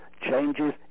changes